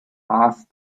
asked